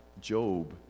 Job